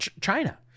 China